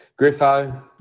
Griffo